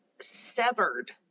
severed